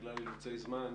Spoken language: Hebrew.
בגלל אילוצי זמן,